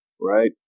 right